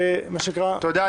מה שנקרא --- תודה,